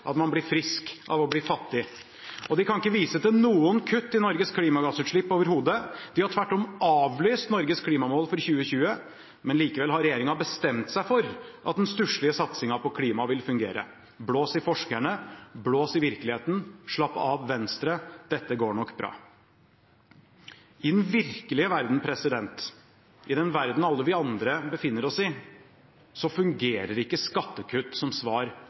at man blir frisk av å bli fattig. De kan ikke vise til noen kutt i Norges klimagassutslipp overhodet. De har tvert om avlyst Norges klimamål for 2020. Likevel har regjeringen bestemt seg for at den stusslige satsingen på klima vil fungere – blås i forskerne, blås i virkeligheten, slapp av, Venstre, dette går nok bra. I den virkelige verden, i den verden alle vi andre befinner oss i, fungerer ikke skattekutt som svar